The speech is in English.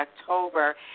October